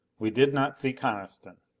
we did not see coniston.